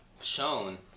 shown